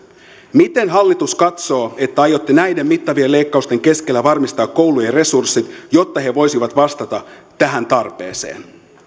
miten hallitus katsoo että aiotte näiden mittavien leikkausten keskellä varmistaa koulujen resurssit jotta he voisivat vastata tähän tarpeeseen